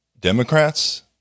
Democrats